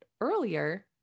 earlier